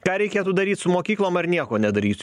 ką reikėtų daryt su mokyklom ar nieko nedaryt